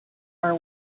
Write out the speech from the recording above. are